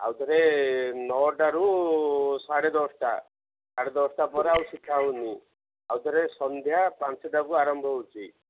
ଆଉଥରେ ନଅଟାରୁ ସାଢ଼େ ଦଶଟା ସାଢ଼େ ଦଶଟା ପରେ ଆଉ ଶିଖା ହଉନି ଆଉଥରେ ସନ୍ଧ୍ୟା ପାଞ୍ଚଟାକୁ ଆରମ୍ଭ ହେଉଛି